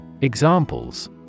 Examples